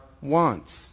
wants